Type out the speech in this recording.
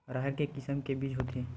राहेर के किसम के बीज होथे?